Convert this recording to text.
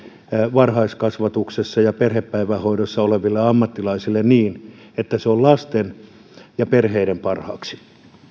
varhaiskasvatuksessa ja perhepäivähoidossa olevalle ammattilaiselle niin että se on lasten ja perheiden parhaaksi